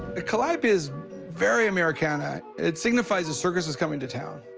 calliope is very americana. it signifies a circus is coming to town.